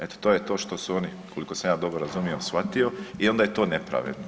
Eto to je to što su oni koliko sam ja dobro razumio, shvatio i onda je to nepravedno.